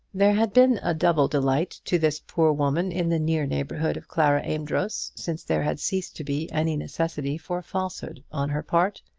there had been a double delight to this poor woman in the near neighbourhood of clara amedroz since there had ceased to be any necessity for falsehood on her part.